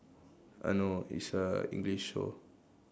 uh no it's a English show